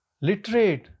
literate